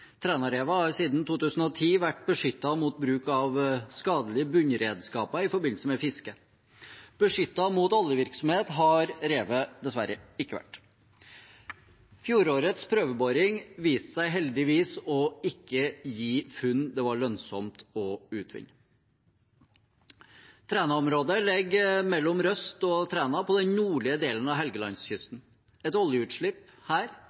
Trænarevet har siden 2010 vært beskyttet mot bruk av skadelige bunnredskaper i forbindelse med fiske. Beskyttet mot oljevirksomhet har revet dessverre ikke vært. Fjorårets prøveboring viste seg heldigvis ikke å gi funn det var lønnsomt å utvinne. Trænaområdet ligger mellom Røst og Træna på den nordlige delen av Helgelandskysten. Et oljeutslipp her